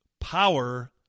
power